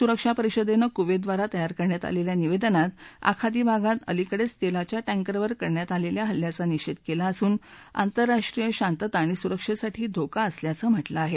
सुरक्षा परिषदेने कुवतीद्वारा तयार करण्यात आलेल्या निवेदनात आखाती भागात अलिकडेच तेलाच्या टँकरवर करण्यात आलेल्या हल्ल्याचा निषेध केला असून आंतरराष्ट्रीय शांतता आणि सुरक्षेसाठी धोका असल्याचं म्हटलं आहे